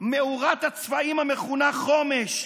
מאורת הצפעים המכונה חומש?